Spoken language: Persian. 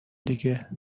دیگه